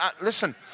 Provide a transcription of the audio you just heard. listen